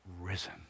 risen